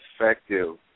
effective